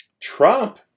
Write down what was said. Trump